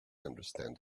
understand